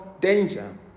danger